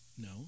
No